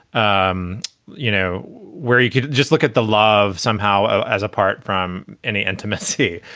um you know, where you could just look at the love somehow as apart from any intimacy.